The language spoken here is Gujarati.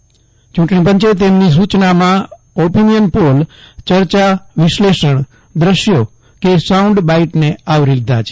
ચ્રૂંટણી પંચે તેમની સૂચનામાં ઓપીનીયન પોલ ચર્ચા વિશ્લેષણ દ્રશ્યો કે સાઉન્ડ બાઇટને આવરી લીધા છે